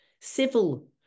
civil